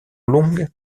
longues